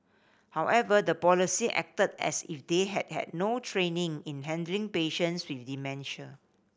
however the police acted as if they had had no training in handling patients with dementia